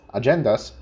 agendas